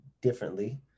differently